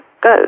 go